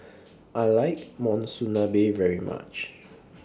I like Monsunabe very much